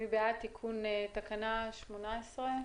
מי בעד תיקון תקנה 18?